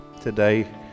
today